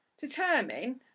determine